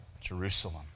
Jerusalem